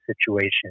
situation